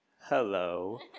Hello